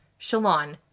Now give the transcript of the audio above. shalon